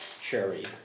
cherry